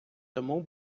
тому